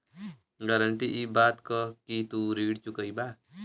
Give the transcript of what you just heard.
guarantee इ बात क कि तू ऋण चुकइबा